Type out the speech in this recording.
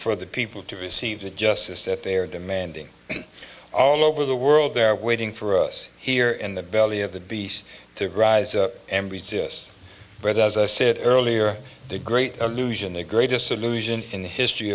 for the people to receive the justice that they are demanding all over the world they're waiting for us here in the belly of the beast to rise and resist but as a sit earlier the great illusion the greatest illusion in the history